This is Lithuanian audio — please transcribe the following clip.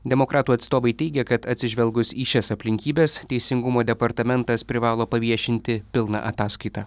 demokratų atstovai teigia kad atsižvelgus į šias aplinkybes teisingumo departamentas privalo paviešinti pilną ataskaitą